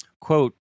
Quote